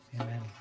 Amen